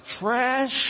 trash